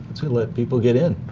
let people get in.